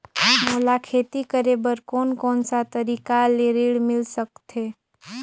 मोला खेती करे बर कोन कोन सा तरीका ले ऋण मिल सकथे?